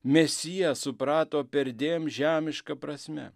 mesiją suprato perdėm žemiška prasme